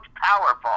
powerful